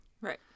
Right